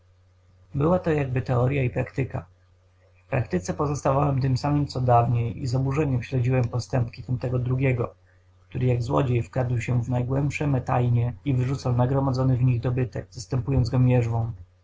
były to jakby teorya i praktyka w teoryi pozostałem tym samym co dawniej i z oburzeniem śledziłem postępki tamtego drugiego który jak złodziej wkradł się w najgłębsze me tajnie i wyrzucał nagromadzony w nich dobytek zastępując